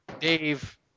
Dave